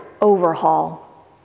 overhaul